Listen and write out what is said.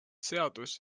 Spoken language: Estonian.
seadus